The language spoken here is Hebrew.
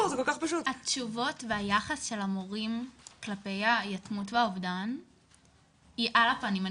התשובות והיחס של המורים כלפי היתמות והאובדן היא על הפנים.